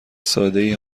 سادهای